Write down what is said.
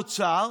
שר אוצר,